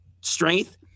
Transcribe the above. strength